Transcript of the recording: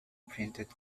printed